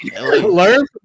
learn